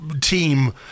team